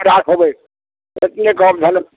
राखबै तऽ से गप भेलै